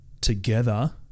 together